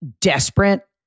desperate